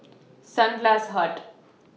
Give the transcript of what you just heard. Sunglass Hut